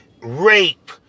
rape